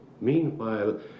Meanwhile